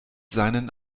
seinen